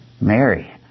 Mary